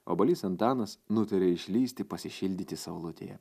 obuolys antanas nutarė išlįsti pasišildyti saulutėje